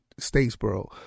Statesboro